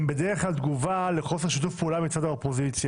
הם בדרך כלל תגובה לחוסר שיתוף פעולה מצד האופוזיציה.